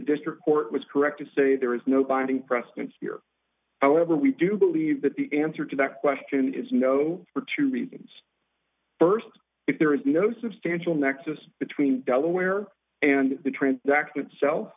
district court was correct to say there is no binding precedent here however we do believe that the answer to that question is no for two reasons st if there is no substantial nexus between delaware and the transaction itself